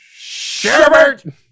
Sherbert